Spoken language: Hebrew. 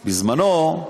בזמנו,